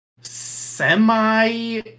semi